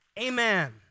Amen